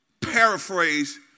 paraphrase